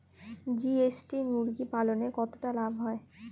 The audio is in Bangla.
জি.এস.টি মুরগি পালনে কতটা লাভ হয়?